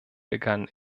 begann